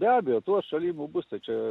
be abejo tų atšalimų bus tai čia